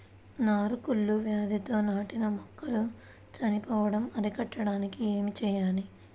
నారు కుళ్ళు వ్యాధితో నాటిన మొక్కలు చనిపోవడం అరికట్టడానికి ఏమి చేయాలి?